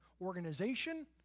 organization